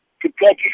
Kentucky